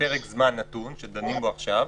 לפרק זמן נתון שדנים בו עכשיו,